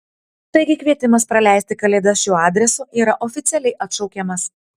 taigi kvietimas praleisti kalėdas šiuo adresu yra oficialiai atšaukiamas